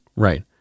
Right